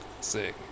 Sick